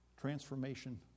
Transformation